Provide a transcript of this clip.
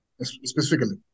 specifically